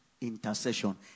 intercession